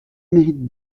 mérite